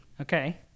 Okay